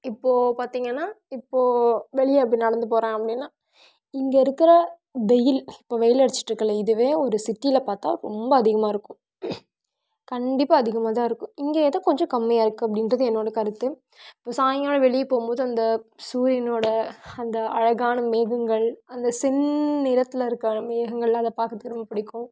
இப்போது பார்த்திங்கனா இப்போது வெளியே அப்படி நடந்து போகிறேன் அப்படினா இங்கே இருக்கிற வெயில் இப்போது வெயில் அடிச்சிட்டு இருக்குதுல்ல இதுவே ஒரு சிட்டியில் பார்த்தா ரொம்ப அதிகமாக இருக்கும் கண்டிப்பாக அதிகமாக தான் இருக்கும் இங்கே ஏதோ கொஞ்சம் கம்மியாக இருக்குது அப்படின்றது என்னோட கருத்து இப்போ சாய்ங்காலம் வெளிய போகும் போது இந்த சூரியனோட அந்த அழகான மேகங்கள் அந்த செந்நிறத்தில் இருக்கிற மேகங்கள்லாம் அதை பார்க்குறதுக்கு ரொம்ப பிடிக்கும்